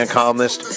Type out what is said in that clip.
columnist